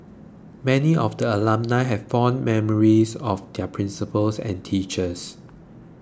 many of the alumnae have fond memories of their principals and teachers